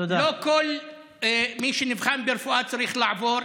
לא כל מי שנבחן ברפואה צריך לעבור.